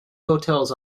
hotels